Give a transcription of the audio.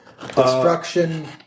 Destruction